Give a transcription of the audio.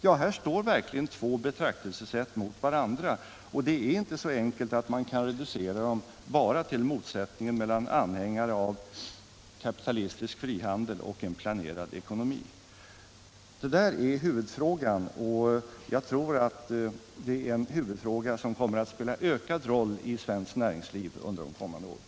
Ja, här står verkligen två betraktelsesätt mot varandra, och det är inte så enkelt att man kan reducera dem bara till motsättningen mellan anhängare av kapitalistisk frihandel och anhängare av en planerad ekonomi. Det är huvudfrågan, och jag tror att det är en fråga som kommer att spela ökad roll i svenskt näringsliv under de kommande åren.